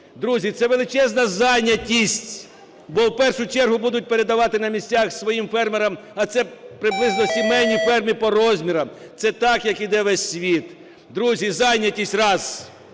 Друзі, це величезна зайнятість, бо в першу чергу будуть передавати на місцях своїм фермерам, а це приблизно сімейні ферми по розмірах, це так, як іде весь світ. Друзі, зайнятість – раз.